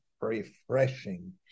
refreshing